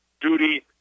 duty